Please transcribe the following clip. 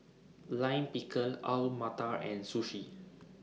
Lime Pickle Alu Matar and Sushi